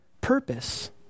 purpose